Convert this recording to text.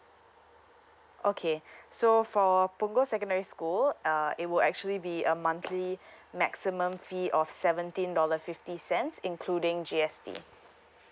okay so for punggol secondary school uh it will actually be uh monthly maximum fee of seventeen dollar fifty cents including G_S_T